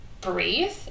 breathe